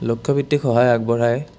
লক্ষ্য সহায় আগবঢ়াই